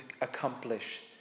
accomplish